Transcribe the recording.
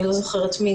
אני לא זוכרת מי,